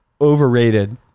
overrated